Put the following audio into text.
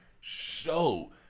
show